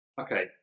Okay